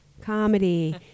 comedy